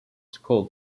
school